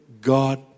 God